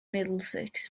middlesex